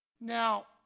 Now